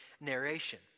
narration